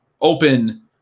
open